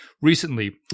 recently